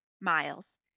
miles